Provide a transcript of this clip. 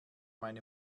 meine